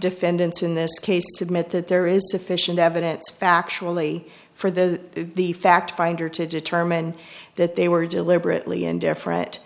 defendants in this case admit that there is sufficient evidence factually for the the fact finder to determine that they were deliberately indifferent